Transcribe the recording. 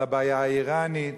על הבעיה האירנית,